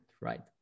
right